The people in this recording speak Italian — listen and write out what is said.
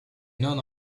non